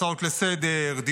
הצעות לסדר-היום,